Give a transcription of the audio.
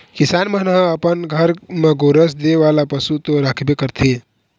किसान मन ह अपन घर म गोरस दे वाला पशु तो राखबे करथे